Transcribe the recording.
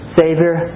savior